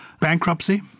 Bankruptcy